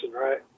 right